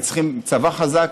וצריכים צבא חזק,